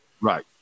Right